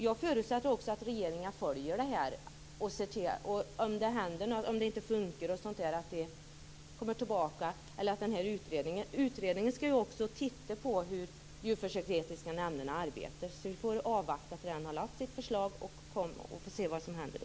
Jag förutsätter att regeringen följer upp hur det fungerar. Utredningen skall ju också titta närmare på hur de djurförsöksetiska nämnderna arbetar. Vi får avvakta till den har lagt fram sitt förslag och se vad som händer då.